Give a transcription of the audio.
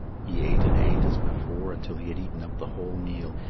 he ate and ate as before, until he had eaten up the whole meal.